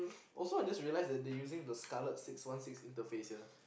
also I just realized that they using the Scarlet six one six interface here